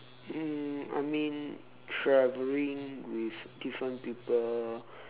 mm I mean traveling with different people